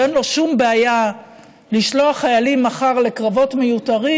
שאין לו שום בעיה לשלוח חיילים מחר לקרבות מיותרים,